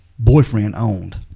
Boyfriend-owned